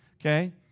okay